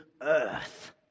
earth